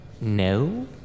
no